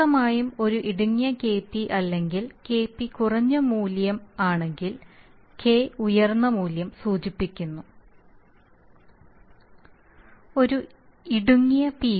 വ്യക്തമായും ഒരു ഇടുങ്ങിയ Kp അല്ലെങ്കിൽ Kp കുറഞ്ഞ മൂല്യം ആണെങ്കിൽ K ഉയർന്ന മൂല്യം സൂചിപ്പിക്കുന്നു ഒരു ഇടുങ്ങിയ പി